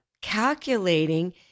calculating